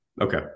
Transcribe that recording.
Okay